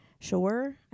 sure